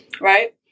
right